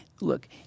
look